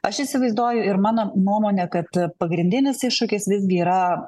aš įsivaizduoju ir mano nuomone kad pagrindinis iššūkis visgi yra